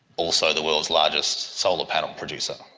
also the world's largest solar panel producer?